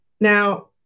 now